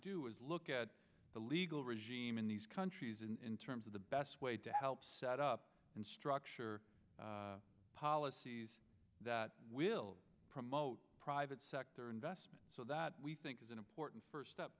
do is look at the legal regime in these countries in terms of the best way to help set up and structure policies that will promote private sector investment so that we think is an important first step